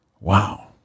Wow